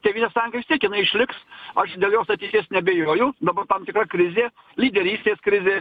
tėvynės sąjunga vis tiek jinai išliks aš dėl jos ateities neabejojau dabar tam tikra krizė lyderystės krizė